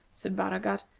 said baragat,